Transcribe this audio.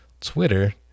Twitter